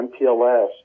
MPLS